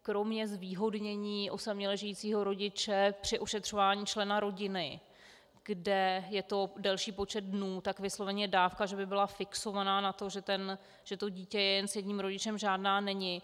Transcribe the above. Kromě zvýhodnění osaměle žijícího rodiče při ošetřování člena rodiny, kde je to delší počet dnů, tak vysloveně dávka že by byla fixovaná na to, že dítě je jen s jedním rodičem, žádná není.